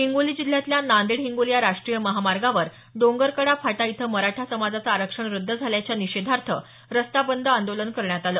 हिंगोली जिल्ह्यातल्या नांदेड हिंगोली या राष्ट्रीय महामार्गावर डोंगरकडा फाटा इथं मराठा समाजाचं आरक्षण रद्द झाल्याच्या निषेधार्थ रस्ता बंद आंदोलन करण्यात आलं